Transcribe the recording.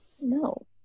No